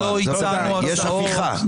יש הפיכה.